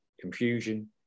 Confusion